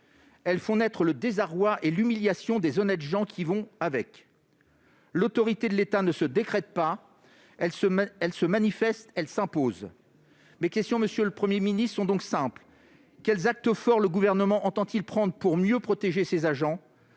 elles font naître le désarroi et l'humiliation des honnêtes gens. L'autorité de l'État ne se décrète pas : elle se manifeste et elle s'impose. Mes questions, monsieur le Premier ministre, sont donc simples : quels actes forts le Gouvernement entend-il prendre pour mieux protéger ses agents ?